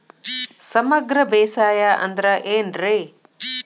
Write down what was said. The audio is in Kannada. ಸಮಗ್ರ ಬೇಸಾಯ ಅಂದ್ರ ಏನ್ ರೇ?